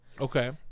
Okay